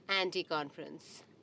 anti-conference